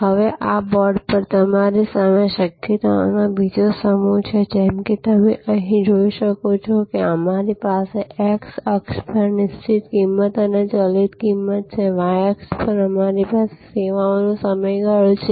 હવે આ બોર્ડ પર તમારી પાસે શક્યતાઓનો બીજો સમૂહ છે જેમ કે તમે અહીં જોઈ શકો છો કે અમારી પાસે x અક્ષ પર નિશ્ચિત કિંમત અને ચલિત કિંમત છે y અક્ષ પર અમારી પાસે સેવાનો સમયગાળો છે